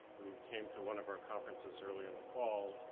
came to one of our conferences earlier in the fall,